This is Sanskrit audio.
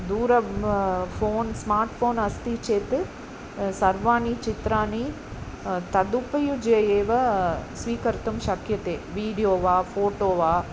दूरब् फ़ोन्स् स्मार्ट् फ़ोन् अस्ति चेत् सर्वाणि चित्राणि तदुपयुज्य एव स्वीकर्तुं शक्यते विडियो वा फ़ोटो वा